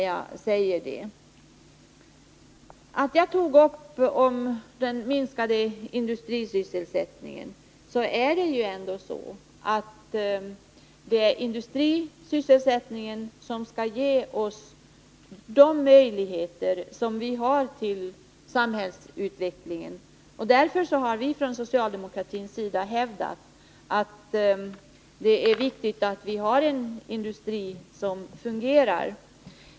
Jag tog upp frågan om den minskade industrisysselsättningen därför att det är industrisysselsättningen som skall ge oss de möjligheter vi har till samhällsutveckling. Därför har vi från socialdemokratins sida hävdat att det är viktigt att vi har en industri som fungerar.